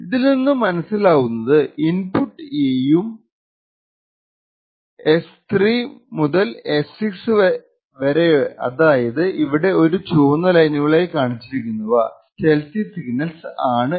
ഇതിൽ നിന്നും മനസിലാവുന്നത് ഇന്പുട് E യും S3 S66 അതായതു ഇവിടെ ഈ ചുവന്ന ലൈനുകളായി കാണിച്ചിരിക്കുന്നവ സ്റ്റേൽത്തി സിഗ്നൽസ് ആണ്